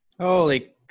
Holy